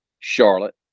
Charlotte